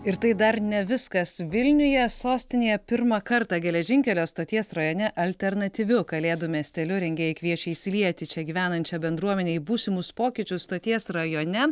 ir tai dar ne viskas vilniuje sostinėje pirmą kartą geležinkelio stoties rajone alternatyviu kalėdų miesteliu rengėjai kviečia įsilieti čia gyvenančią bendruomenę į būsimus pokyčius stoties rajone